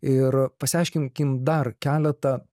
ir pasiaiškinkim dar keletą